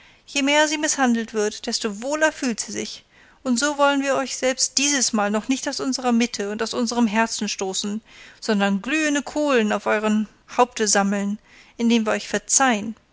je mehr sie mißhandelt wird desto wohler fühlt sie sich und so wollen wir euch selbst dieses mal noch nicht aus unserer mitte und aus unserem herzen stoßen sondern glühende kohlen auf eurem haupte sammeln indem wir euch verzeihen